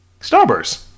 Starburst